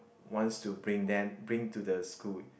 wants to bring them bring to the school